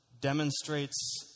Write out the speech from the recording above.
demonstrates